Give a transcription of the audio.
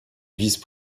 vice